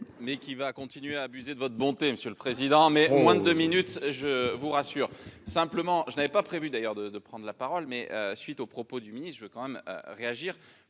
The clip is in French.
Mais qui va continuer à abuser de votre bonté. Monsieur le Président, mais moins de deux minutes, je vous rassure. Simplement, je n'avais pas prévu d'ailleurs de de prendre la parole, mais suite aux propos du ministre on veut quand même réagir